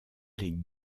les